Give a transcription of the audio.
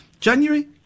January